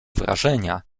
wrażenia